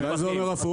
אולי זה עובד הפוך?